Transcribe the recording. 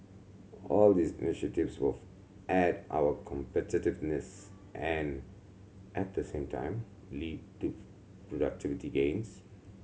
all these initiatives will add to our competitiveness and at the same time lead to productivity gains